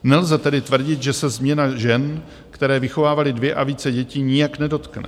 Nelze tedy tvrdit, že se změna žen, které vychovávaly dvě a více dětí, nijak nedotkne.